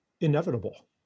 inevitable